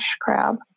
crab